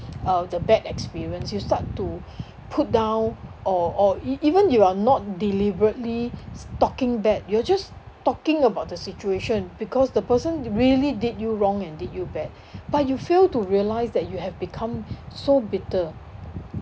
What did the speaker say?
uh the bad experience you start to put down or or e~ even you are not deliberately talking bad you're just talking about the situation because the person really did you wrong and did you bad but you fail to realise that you have become so bitter